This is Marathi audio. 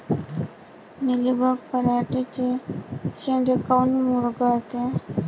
मिलीबग पराटीचे चे शेंडे काऊन मुरगळते?